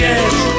edge